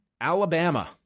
Alabama